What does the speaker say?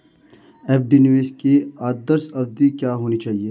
FD निवेश की आदर्श अवधि क्या होनी चाहिए?